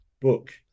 book